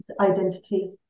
identity